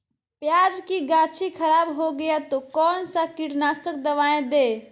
प्याज की गाछी खराब हो गया तो कौन सा कीटनाशक दवाएं दे?